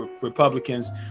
Republicans